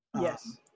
Yes